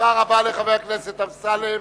תודה רבה לחבר הכנסת אמסלם.